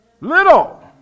Little